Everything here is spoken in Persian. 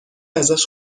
ازش